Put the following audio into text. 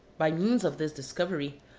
by means of this discovery,